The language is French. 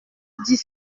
dis